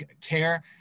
care